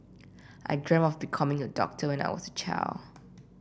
I dreamt of becoming a doctor when I was a child